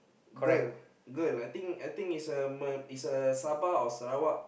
girl girl I think I think is a me~ is a Sabah or Sarawak